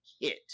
hit